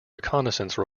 reconnaissance